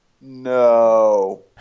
No